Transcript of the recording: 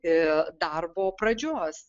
e darbo pradžios